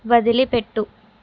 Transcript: వదిలిపెట్టు